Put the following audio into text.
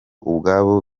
ubwabo